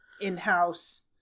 in-house